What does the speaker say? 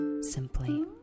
simply